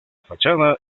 fachada